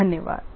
धन्यवाद